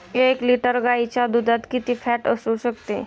एक लिटर गाईच्या दुधात किती फॅट असू शकते?